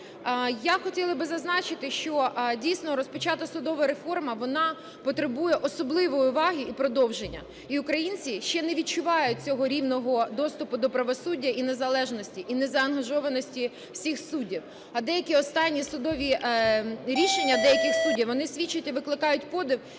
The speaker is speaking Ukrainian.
Я хотіла би зазначити, що, дійсно, розпочата судова реформа, вона потребує особливої уваги і продовження. І українці ще не відчувають цього рівного доступу до правосуддя і незалежності, і незаангажованості всіх суддів. А деякі останні судові рішення деяких суддів, вони свідчать і викликають подив